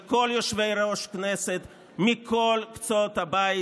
עם כל יושבי-ראש הכנסת מכל קצות הבית,